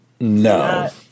No